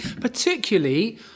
particularly